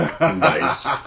Nice